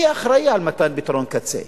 מי אחראי על מתן פתרון קצה?